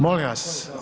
Molim vas.